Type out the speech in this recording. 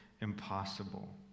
impossible